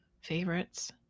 favorites